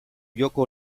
joko